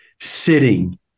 sitting